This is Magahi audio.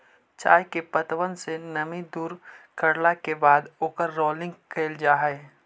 चाय के पत्तबन से नमी के दूर करला के बाद ओकर रोलिंग कयल जा हई